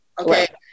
okay